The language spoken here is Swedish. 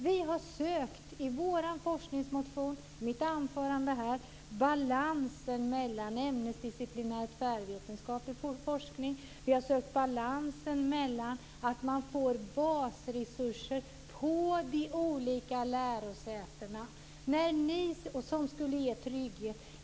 Vi har sökt - vilket framgår av vår forskningsmotion och mitt anförande här - balansen mellan ämnesdisciplinär och tvärvetenskaplig forskning.